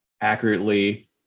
accurately